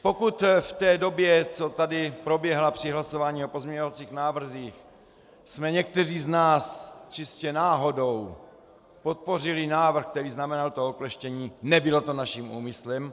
Pokud v té době, co tady proběhla při hlasování o pozměňovacích návrzích, jsme někteří z nás čistě náhodou podpořili návrh, který znamenal to okleštění, nebylo to naším úmyslem.